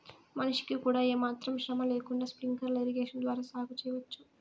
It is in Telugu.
మనిషికి కూడా ఏమాత్రం శ్రమ లేకుండా స్ప్రింక్లర్ ఇరిగేషన్ ద్వారా సాగు చేయవచ్చు